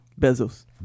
Bezos